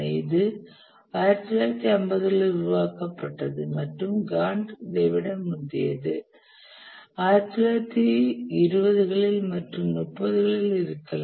இது 1950 களில் உருவாக்கப்பட்டது மற்றும் கான்ட் இதைவிட முந்தையது 1920 களில் மற்றும் 30 களில் இருக்கலாம்